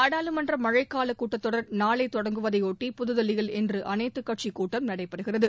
நாடாளுமன்ற மழைக்காலக் கூட்டத்தொடர் நாளை தொடங்குவதை ஒட்டி புதுதில்லியில் இன்று அனைத்துக் கட்சிக்கூட்டம் நடைபெறுகிறது